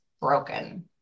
broken